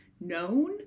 known